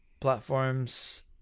platforms